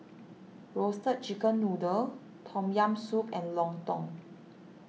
Roasted Chicken Noodle Tom Yam Soup and Lontong